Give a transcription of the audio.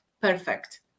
perfect